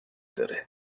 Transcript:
داره